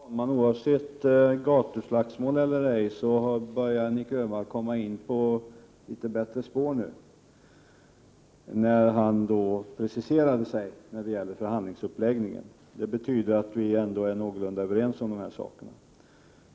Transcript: Fru talman! Oavsett om det nu är fråga om ett gatuslagsmål eller ej började Nic Grönvall komma in på litet bättre spår när han preciserade sig beträffande förhandlingsuppläggningen. Det betyder att vi ändå är någorlunda överens i dessa frågor.